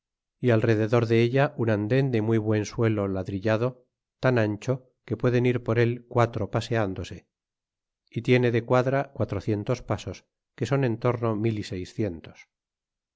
elal e rededor de ella un anden de muy buen suelo ladrillielo tan ancho que pueden ir por él quatro pascátidose y tiene de quadra quatrocientos pasos que son en torno mil y seiscientos